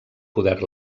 poder